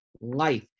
life